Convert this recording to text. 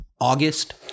August